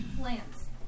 plants